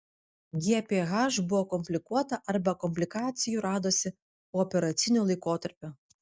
gph buvo komplikuota arba komplikacijų radosi pooperaciniu laikotarpiu